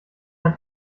dann